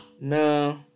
No